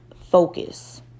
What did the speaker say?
focus